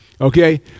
Okay